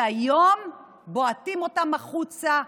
והיום בועטים אותם החוצה,